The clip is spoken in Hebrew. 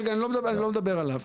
אני לא מדבר עליו.